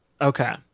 okay